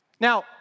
Now